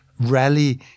rally